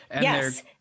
Yes